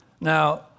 now